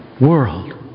world